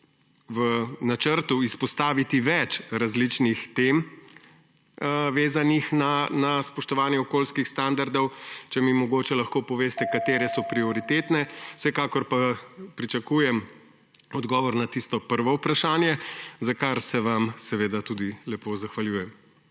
v načrtu izpostaviti več različnih tem, vezanih na spoštovanje okoljskih standardov. Če mi lahko mogoče poveste: Katere so prioritetne? Vsekakor pa pričakujem odgovor na tisto prvo vprašanje, za kar se vam seveda tudi lepo zahvaljujem.